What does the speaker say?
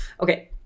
Okay